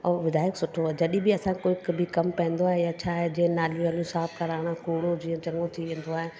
उहो विधायक सुठो आहे जॾहिं बि असां कोई कमु पईंदो आहे या छा आहे जे नालियूं वालियूं साफ़ु कराइणा कूड़ो जीअं चङो थी वेंदो आहे